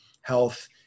health